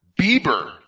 Bieber